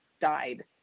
died